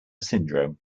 syndrome